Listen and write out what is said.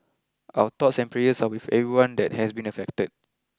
our thoughts and prayers are with everyone that has been affected